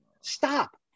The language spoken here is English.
Stop